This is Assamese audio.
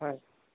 হয়